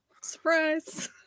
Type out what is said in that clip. Surprise